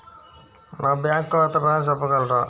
నా బ్యాంక్ ఖాతా బ్యాలెన్స్ చెప్పగలరా?